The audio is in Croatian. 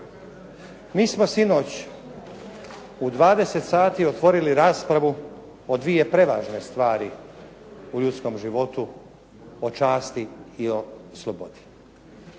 Mi smo sinoć u 20 sati otvorili raspravu o dvije prevažne stvari u ljudskom životu, o časti i o slobodi.